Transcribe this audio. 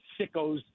sickos